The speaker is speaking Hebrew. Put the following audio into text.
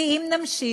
כי אם נמשיך